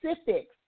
specifics